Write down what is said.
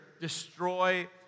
destroy